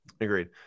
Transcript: Agreed